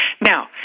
Now